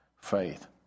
faith